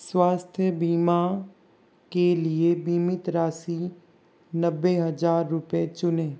स्वास्थ्य बीमा के लिए बीमित राशि नब्बे हज़ार रुपये चुनें